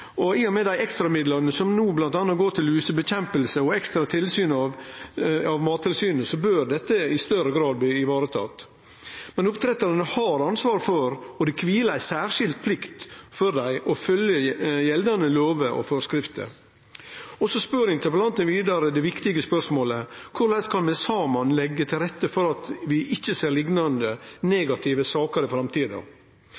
og i og med dei ekstramidlane som no bl.a. går til lusenedkjemping og ekstra tilsyn av Mattilsynet, bør dette i større grad bli varetatt. Men dei som driv med oppdrett, har ansvar for – og det kviler ei særskilt plikt på dei – å følgje gjeldande lover og forskrifter. Så stiller interpellanten vidare det viktige spørsmålet: «Korleis kan me saman leggje til rette for at vi ikkje ser liknande